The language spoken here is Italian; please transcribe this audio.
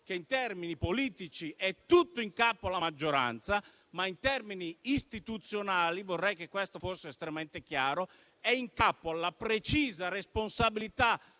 che in termini politici è tutto in capo alla maggioranza, ma in termini istituzionali - vorrei che questo fosse estremamente chiaro - è in capo alla precisa responsabilità